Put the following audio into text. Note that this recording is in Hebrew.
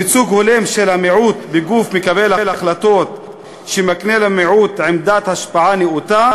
ייצוג הולם של המיעוט בגוף מקבל החלטות שמקנה למיעוט עמדת השפעה נאותה